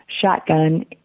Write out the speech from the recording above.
shotgun